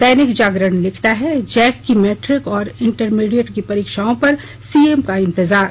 दैनिक जागरण लिखता है जैक की मैट्रिक और इंटरमीडिएट की परीक्षाओं पर सीएम का इंतजार